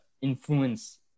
influence